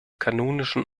kanonischen